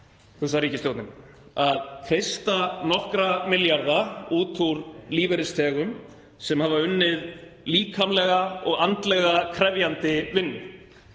hugsar ríkisstjórnin, að kreista nokkra milljarða út úr lífeyrisþegum sem hafa unnið líkamlega og andlega krefjandi vinnu,